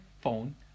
phone